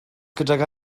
gydag